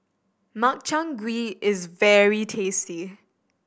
Makchang Gui is very tasty